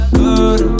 good